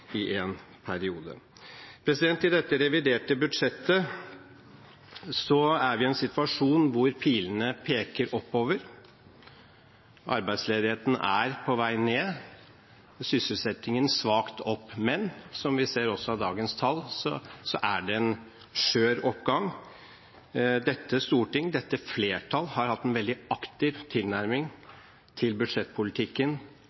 i en periode. I dette reviderte budsjettet er vi i en situasjon hvor pilene peker oppover. Arbeidsledigheten er på vei ned – sysselsettingen svakt opp. Men som vi også ser av dagens tall, er det en skjør oppgang. Dette storting, dette flertall, har hatt en veldig aktiv